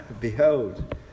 Behold